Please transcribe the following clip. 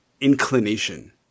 inclination